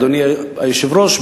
אדוני היושב-ראש,